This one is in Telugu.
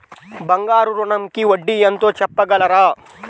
బంగారు ఋణంకి వడ్డీ ఎంతో చెప్పగలరా?